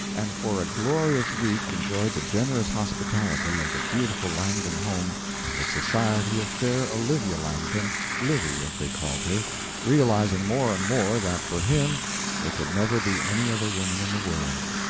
and for a glorious week enjoyed the generous hospitality of the beautiful langdon home and the society of fair olivia langdon livy, as they called her realizing more and more that for him there could never be any other woman in the world.